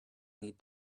need